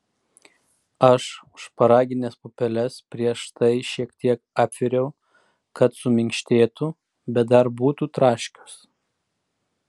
aš šparagines pupeles prieš tai šiek tiek apviriau kad suminkštėtų bet dar būtų traškios